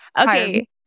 okay